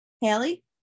Haley